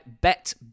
Bet